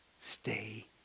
stay